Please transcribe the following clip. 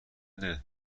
دلت